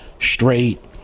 straight